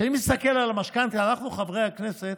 כשאני מסתכל על המשכנתה, אנחנו, חברי הכנסת,